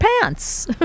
pants